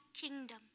kingdom